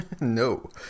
No